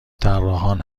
طراحان